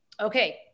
Okay